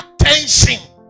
attention